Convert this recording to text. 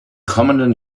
kommenden